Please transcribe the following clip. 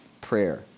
prayer